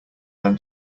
than